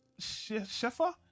Sheffer